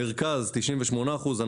מרכז 98 אחוזים.